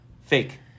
Fake